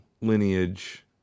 lineage